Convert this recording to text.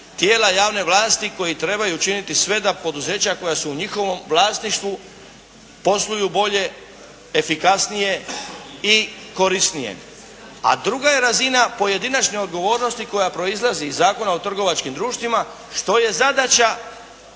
tijela javne vlasti koji trebaju učiniti sve da poduzeća koja su u njihovom vlasništvu posluju bolje, efikasnije i korisnije, a druga je razina pojedinačne odgovornosti koja proizlazi iz Zakona o trgovačkim društvima što je zadaća